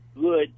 good